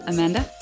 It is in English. Amanda